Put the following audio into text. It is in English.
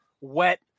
wet